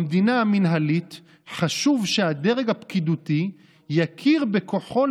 במדינה המינהלית חשוב "שהדרג הפקידותי יכיר בכוחו